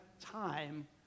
time